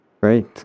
Great